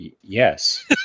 Yes